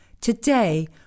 Today